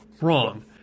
wrong